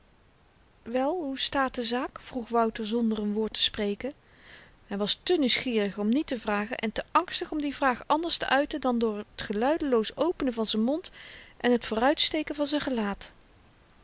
wel hoe staat de zaak vroeg wouter zonder n woord te spreken hy was te nieuwsgierig om niet te vragen en te angstig om die vraag anders te uiten dan door t geluideloos openen van z'n mond en t vooruitsteken van zyn gelaat